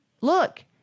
look